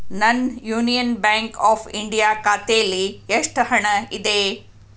ನನ್ನ Union Bank of India ಖಾತೆಯಲ್ಲಿ ಎಷ್ಟು ಹಣ ಇದೆ